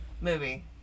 movie